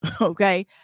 okay